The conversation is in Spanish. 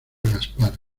gaspar